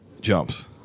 jumps